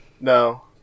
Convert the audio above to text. No